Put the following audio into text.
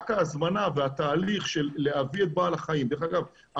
ההזמנה והתהליך של להביא את בעל החיים דרך אגב,